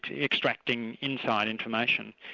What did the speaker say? extracting inside information,